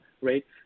rates